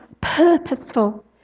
purposeful